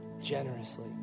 generously